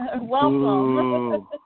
Welcome